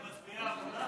מצביעי העבודה,